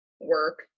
work